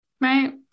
Right